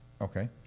Okay